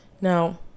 Now